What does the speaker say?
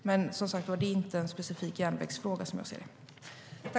Men det är, som jag ser det, inte en specifik järnvägsfråga.